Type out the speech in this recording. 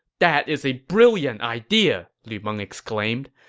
that is a brilliant idea! lu meng exclaimed.